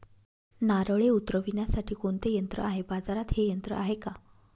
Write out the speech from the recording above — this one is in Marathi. नारळे उतरविण्यासाठी कोणते यंत्र आहे? बाजारात हे यंत्र आहे का?